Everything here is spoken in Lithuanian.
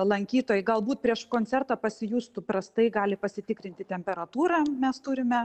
lankytojai galbūt prieš koncertą pasijustų prastai gali pasitikrinti temperatūrą mes turime